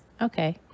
Okay